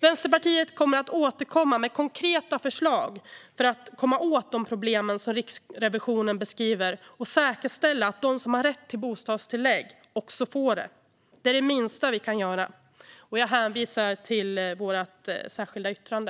Vänsterpartiet kommer att återkomma med konkreta förslag för att komma åt de problem som Riksrevisionen beskriver och säkerställa att de som har rätt till bostadstillägg också får det. Det är det minsta vi kan göra. Jag hänvisar till vårt särskilda yttrande.